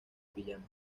pijama